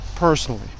personally